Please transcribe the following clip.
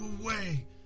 away